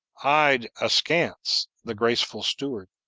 eyed askance the graceful steward.